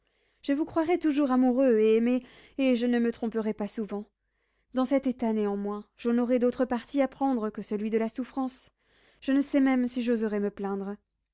je vous croirais toujours amoureux et aimé et je ne me tromperais pas souvent dans cet état néanmoins je n'aurais d'autre parti à prendre que celui de la souffrance je ne sais même si j'oserais me plaindre